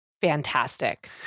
fantastic